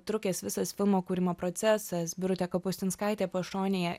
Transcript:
trukęs visas filmo kūrimo procesas birutė kapustinskaitė pašonėje